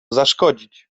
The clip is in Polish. zaszkodzić